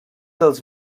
dels